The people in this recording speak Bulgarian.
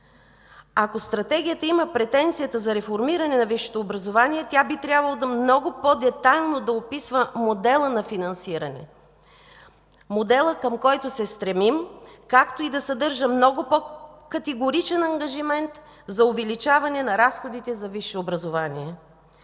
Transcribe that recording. Ако Стратегията има претенцията за реформиране на висшето образование, тя би трябвало много по-детайлно да описва модела на финансиране –моделът, към който се стремим, както и да съдържа много по-категоричен ангажимент за увеличаване на разходите за висше образование.